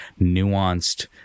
nuanced